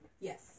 yes